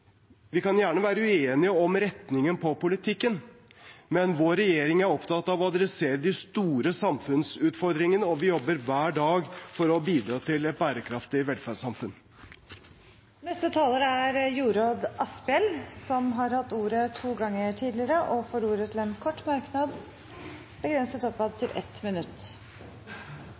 Vi kan gjerne være uenige om retningen av politikken. Men vår regjering er opptatt av å ta tak i de store samfunnsutfordringene, og vi jobber hver dag for å bidra til et bærekraftig velferdssamfunn. Representanten Jorodd Asphjell har hatt ordet to ganger tidligere og får ordet til en kort merknad, begrenset til 1 minutt.